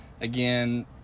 again